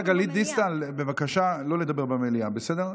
השרה גלית דיסטל, בבקשה לא לדבר במליאה, בסדר?